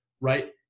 right